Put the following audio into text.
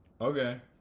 Okay